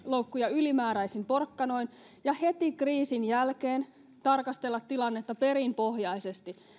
ylimääräisin porkkanoin ja heti kriisin jälkeen tarkastella tilannetta perinpohjaisesti